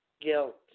Guilt